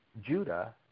Judah